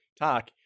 talk